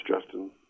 Justin